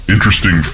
Interesting